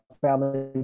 family